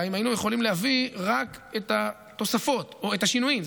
היה אם היינו יכולים להביא רק את התוספות או את השינויים.